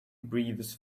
breathes